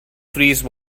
freeze